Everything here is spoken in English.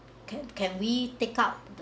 can can we take up th~